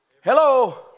Hello